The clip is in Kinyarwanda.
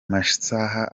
masaha